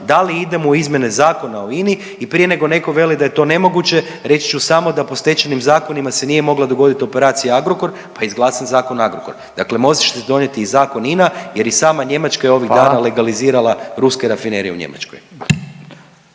Da li idemo u izmjene Zakona o INI? I prije neko netko veli da je nemoguće reći ću samo da po stečajnim zakonima se nije mogla dogoditi operacija Agrokor, pa je izglasan Zakon o Agrokoru. Dakle, može se donijeti i Zakon INA jer i sama Njemačka je ovih dana …/Upadica: Hvala./… legalizirala ruske rafinerije u Njemačkoj.